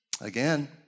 Again